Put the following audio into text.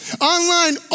Online